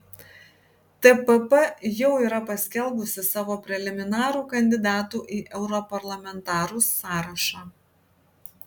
tpp jau yra paskelbusi savo preliminarų kandidatų į europarlamentarus sąrašą